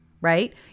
right